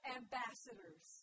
ambassadors